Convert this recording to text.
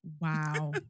Wow